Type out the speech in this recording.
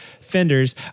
fenders